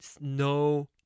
no